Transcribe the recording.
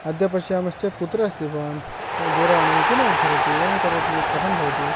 अद्य पश्यामश्चेत् कुत्र अस्ति भवान् दूरवाणीम् अपि न उद्धरति एवं करोति चेत् कथं भवति